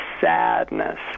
sadness